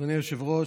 אדוני היושב-ראש,